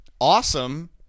awesome